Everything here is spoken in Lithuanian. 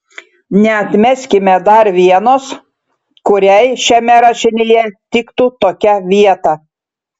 neatmeskime dar vienos kuriai šiame rašinyje tiktų tokia vieta